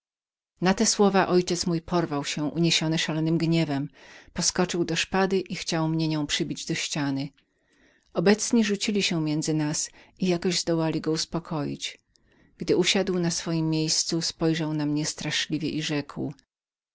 na te słowa ojciec mój porwał się uniesiony szalonym gniewem poskoczył do szpady i chciał mnie nią przybić do ściany obecni rzucili się między nas i przecie zdołali go uspokoić gdy usiadł na swojem miejscu spojrzał na mnie straszliwie i rzekł